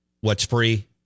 what's-free